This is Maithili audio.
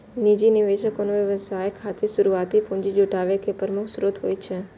निजी निवेशक कोनो व्यवसाय खातिर शुरुआती पूंजी जुटाबै के प्रमुख स्रोत होइ छै